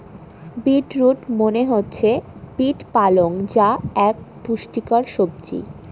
beet root মনে হচ্ছে beet পালং যা এক পুষ্টিকর সবজি